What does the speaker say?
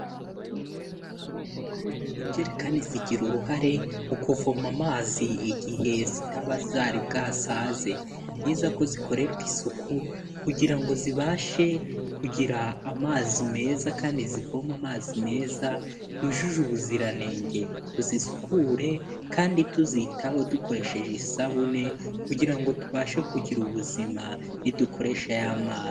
Injerikani zigira uruhare mu kuvoma amazi igihe zitaba zari bwasaze, ni byiza ko zikorerwa isuku kugira ngo zibashe kugira amazi meza kandi zivoma amazi meza yujuje ubuziranenge, tuzisukure kandi tuzitaho dukoresheje isabune kugira ngo tubashe kugira ubuzima ntidukoresha ya mazi.